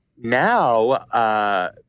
Now –